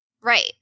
Right